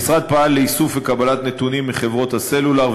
המשרד פעל לאיסוף וקבלה של נתונים מחברות הסלולר,